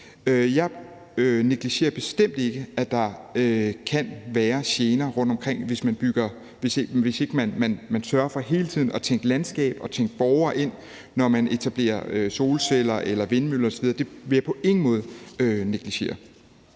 Jeg negligerer bestemt ikke, at der kan være gener rundtomkring, hvis man ikke man sørger for hele tiden at tænke landskab og borgere ind, når man etablerer solceller, vindmøller osv. Det vil jeg på ingen måde negligere.